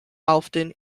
often